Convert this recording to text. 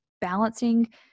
balancing